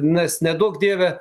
nes neduok dieve